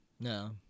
No